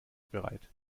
bereit